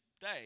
day